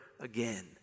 again